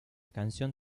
canción